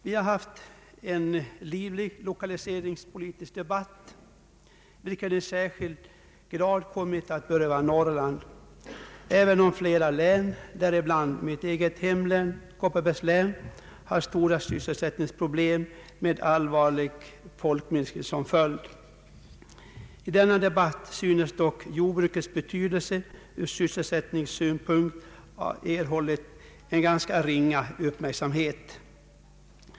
Vi har haft en livlig lokaliseringspolitisk debatt, som i särskild grad har kommit att beröra Norrland, även om flera län — däribland mitt eget hemlän, Kopparbergs län — har haft stora sysselsättningsproblem med allvarlig befolkningsminskning som följd. I denna debatt synes dock jordbrukets betydelse från sysselsättningssynpunkt ha erhållit en ganska ringa uppmärksamhet.